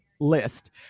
list